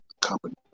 company